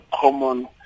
common